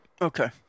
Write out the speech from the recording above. Okay